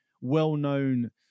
well-known